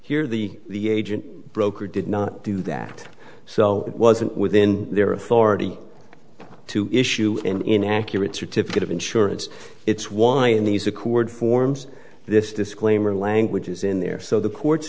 here the the agent broker did not do that so it wasn't within their authority to issue an inaccurate certificate of insurance it's why in these record forms this disclaimer language is in there so the court